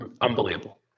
unbelievable